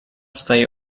swej